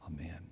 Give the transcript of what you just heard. amen